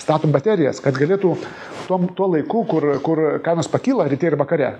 statom baterijas kad galėtų tuom tuo laiku kur kur kainos pakyla ryte ir vakare